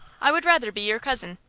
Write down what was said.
i would rather be your cousin.